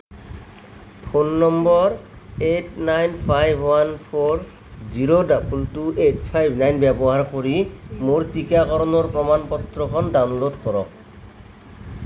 phone number eight nine five one four zero two two eight five nine ব্যৱহাৰ কৰি মোৰ টীকাকৰণৰ প্ৰমাণ পত্ৰখন ডাউনল'ড কৰক